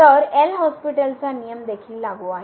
तर एल' हॉस्पिटलचा नियम देखील लागू आहे